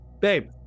babe